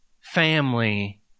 family